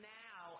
now